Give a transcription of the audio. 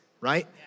right